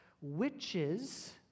witches